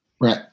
Right